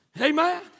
Amen